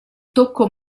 tocco